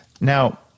Now